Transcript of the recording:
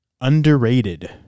Underrated